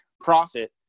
profit